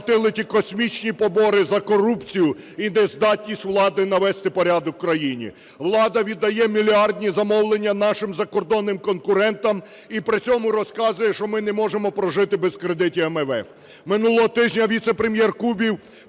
Минулого тижня віце-прем'єр Кубів